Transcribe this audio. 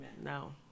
No